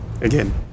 again